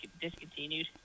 discontinued